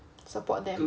support them